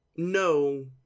no